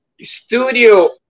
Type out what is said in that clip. studio